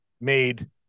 made